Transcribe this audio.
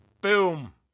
Boom